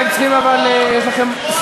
לקבוצה לאומית מסוימת.